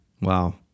Wow